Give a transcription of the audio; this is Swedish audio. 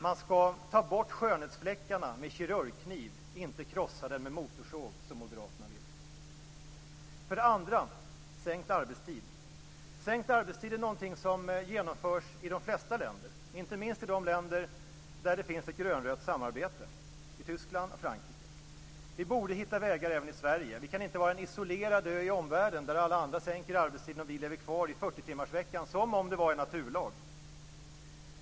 Man skall ta bort skönhetsfläckarna med kirurgkniv, inte krossa arbetsrätten med motorsåg som Moderaterna vill. För det andra skall jag ta upp frågan om sänkt arbetstid. Sänkt arbetstid är något som genomförs i de flesta länder, inte minst i de länder där det finns ett grönrött samarbete - i Tyskland och i Frankrike. Vi borde hitta vägar även i Sverige. Vi kan inte vara en isolerad ö i omvärlden där alla andra sänker arbetstiden och vi lever kvar vid 40-timmarsveckan som om det var en naturlag.